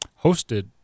hosted